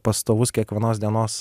pastovus kiekvienos dienos